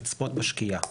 לצפות בשקיעה.